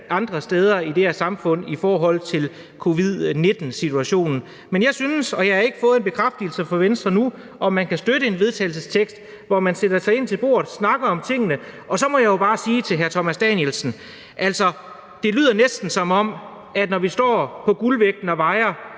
andre steder i det her samfund i forhold til covid-19-situationen. Men jeg har endnu ikke fået en bekræftelse fra Venstre på, at man kan støtte et forslag til vedtagelse, hvor man sætter sig ind til bordet og snakker om tingene. Og så må jeg jo bare sige til hr. Thomas Danielsen: Det lyder næsten, som om at når vi står ved guldvægten og vejer,